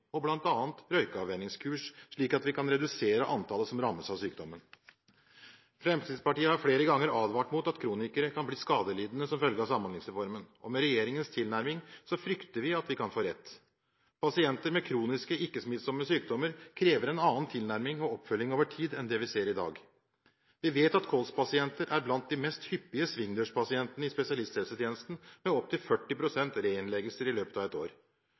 og bl.a. røykeavvenningskurs slik at vi kan redusere antallet som rammes av sykdommen. Fremskrittspartiet har flere ganger advart mot at kronikere kan bli skadelidende som følge av Samhandlingsreformen, og med regjeringens tilnærming frykter vi at vi kan få rett. Pasienter med kroniske, ikke-smittsomme sykdommer krever en annen tilnærming og oppfølging over tid enn det vi ser i dag. Vi vet at kolspasienter er blant de mest hyppige svingdørspasientene i spesialisthelsetjenesten med opp til 40 pst. reinnleggelser i løpet av et år.